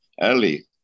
early